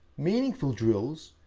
meaningful drills,